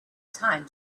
time